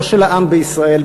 לא של העם בישראל,